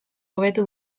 hobetu